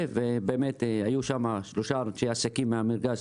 ובאמת היו שם שלושה אנשי עסקים ממרכז